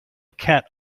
cat